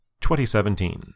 2017